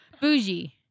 Bougie